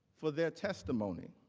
for their testimony.